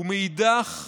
ומאידך,